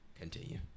Continue